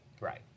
Right